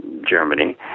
Germany